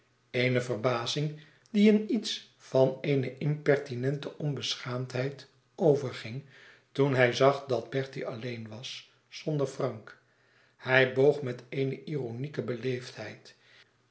eene verbazing die in iets van eene impertinente onbeschaamdheid overging toen hij zag dat bertie alleen was zonder frank hij boog met eene ironieke